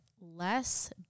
less